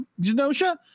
Genosha